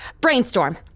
brainstorm